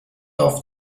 off